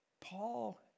Paul